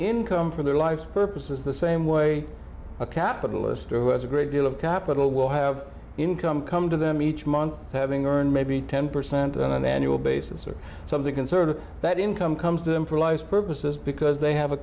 income for their life's purpose is the same way a capitalist who has a great deal of capital will have income come to them each month having earned maybe ten percent on an annual basis or something conservative that income comes to improvise purposes because they have a